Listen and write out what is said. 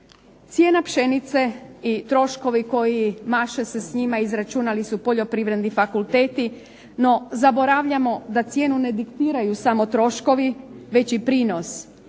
Cijena pšenice i troškovi koji maše se s njima, izračunali su poljoprivredni fakulteti, no zaboravljamo da cijenu ne diktiraju samo troškovi već i prinos